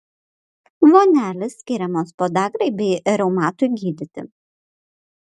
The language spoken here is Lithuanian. vonelės skiriamos podagrai bei reumatui gydyti